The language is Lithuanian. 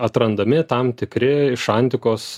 atrandami tam tikri iš antikos